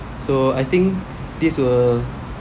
so I think this will